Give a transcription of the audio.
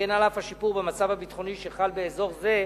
שכן על אף השיפור במצב הביטחוני שחל באזור זה,